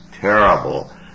terrible